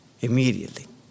Immediately